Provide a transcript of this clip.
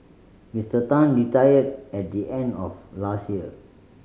Mister Tan retired at the end of last year